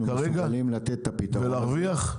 ולהרוויח?